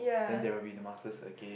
then there will be the masters again